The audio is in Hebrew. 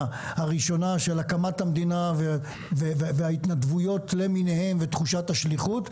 הראשונה של הקמת המדינה וההתנדבויות למיניהן ותחושת השליחות,